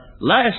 Last